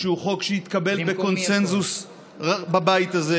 שהוא חוק שהתקבל בקונסנזוס בבית הזה,